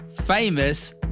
famous